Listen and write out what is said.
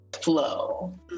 Flow